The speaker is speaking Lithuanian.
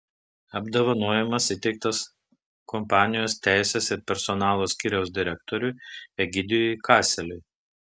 apdovanojimas įteiktas kompanijos teisės ir personalo skyriaus direktoriui egidijui kaseliui